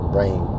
Brain